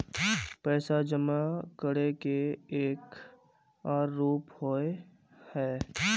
पैसा जमा करे के एक आर रूप होय है?